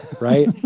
right